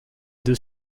deux